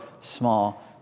small